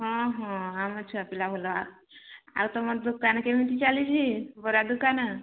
ହଁ ହଁ ଆମ ଛୁଆ ପିଲା ଭଲ ଆଉ ତୁମ ଦୋକାନ କେମିତି ଚାଲିଛି ବରା ଦୋକାନ